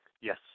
Yes